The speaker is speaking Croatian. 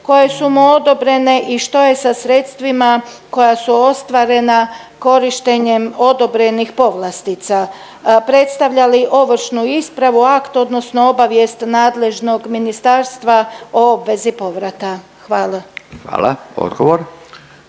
koje su mu odobrene i što je sa sredstvima koja su ostvarena korištenjem odobrenih povlastica? Predstavlja li ovršnu ispravu akt odnosno obavijest nadležnog ministarstva o obvezi povrata? Hvala. **Radin,